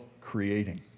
creating